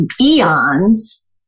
eons